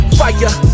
fire